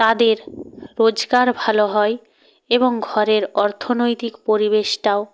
তাদের রোজগার ভালো হয় এবং ঘরের অর্থনৈতিক পরিবেশটাও